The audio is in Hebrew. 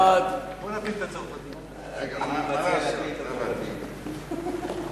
ההצעה להעביר את הצעת חוק ניירות ערך (תיקון מס' 39),